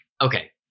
okay